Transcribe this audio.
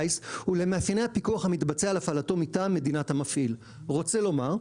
ולמאפייני הפיקוח המתבצע על הפעלתו מטעם מדינת המפעיל." רוצה לומר,